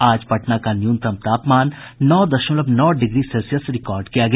आज पटना का न्यूनतम तापमान नौ दशमलव नौ डिग्री सेल्सियस रिकार्ड किया गया